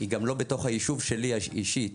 היא גם לא בתוך היישוב שלי אישית,